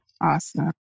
Awesome